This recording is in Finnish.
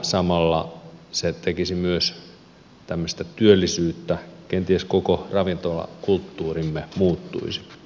samalla se toisi myös työllisyyttä kenties koko ravintolakulttuurimme muuttuisi